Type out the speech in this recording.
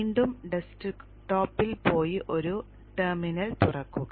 വീണ്ടും ഡെസ്ക്ടോപ്പിൽ പോയി ഒരു ടെർമിനൽ തുറക്കുക